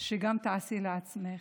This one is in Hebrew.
שגם תעשי לעצמך,